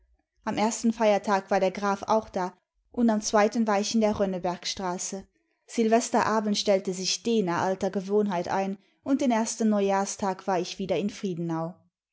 am ersten feiertag war der graf auch da und am zweiten war ich in der rönnebergstraße silvesterabend stellte sich d nach alter gewohnheit ein imd den ersten neujahrstag war ich wieder in friedenau